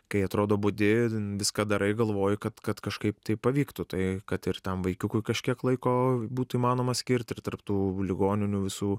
kai atrodo budi viską darai galvoji kad kad kažkaip tai pavyktų tai kad ir tam vaikiukui kažkiek laiko būtų įmanoma skirt ir tarp tų ligoninių visų